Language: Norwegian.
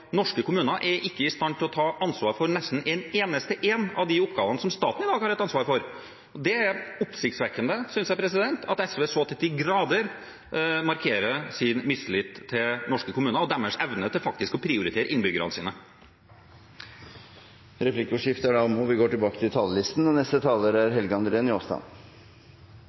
norske kommuner ikke er i stand til å ta ansvar for nesten en eneste av de oppgavene som staten i dag har ansvar for. Det er oppsiktsvekkende, synes jeg, at SV så til de grader markerer sin mistillit til norske kommuner og deres evne til faktisk å prioritere innbyggerne sine. Replikkordskiftet er omme. Eg vil starta med å takka saksordføraren for arbeidet han har lagt til